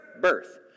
Birth